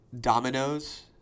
dominoes